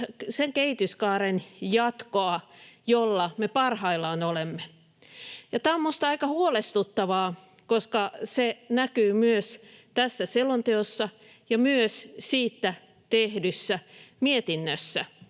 sen kehityskaaren jatkoa, jolla me parhaillaan olemme. Ja tämä on minusta aika huolestuttavaa, koska se näkyy myös tässä selonteossa ja myös siitä tehdyssä mietinnössä